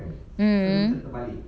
mmhmm